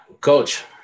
Coach